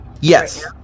Yes